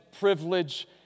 privilege